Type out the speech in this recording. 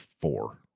four